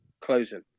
closing